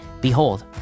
Behold